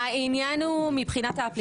העניין הוא מבחינת האפליקציה